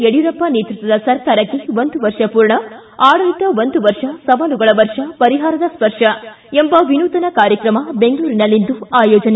ಯಡಿಯೂರಪ್ಪ ನೇತೃತ್ವದ ಸರ್ಕಾರಕ್ಕೆ ಒಂದು ವರ್ಷ ಪೂರ್ಣ ಆಡಳಿತ ಒಂದು ವರ್ಷ ಸವಾಲುಗಳ ವರ್ಷ ಪರಿಹಾರದ ಸ್ಪರ್ಶ ಎಂಬ ವಿನೂತನ ಕಾರ್ಯಕ್ರಮ ಬೆಂಗಳೂರಿನಲ್ಲಿಂದು ಆಯೋಜನೆ